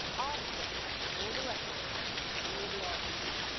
after all the rhetoric and all the arguments,